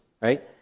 right